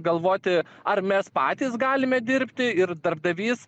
galvoti ar mes patys galime dirbti ir darbdavys